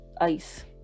ice